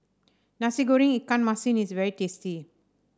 Nasi Goreng Ikan Masin is very tasty